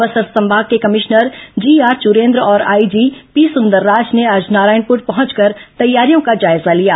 बस्तर संभाग के commissioner GR Churendra और आईजी पीसुंदरराज ने आज नारायणपुर पहंचकर तैयारियों का जायजा लिया